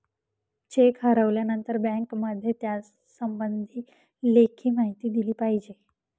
check हरवल्यानंतर बँकेमध्ये त्यासंबंधी लेखी माहिती दिली पाहिजे